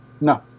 no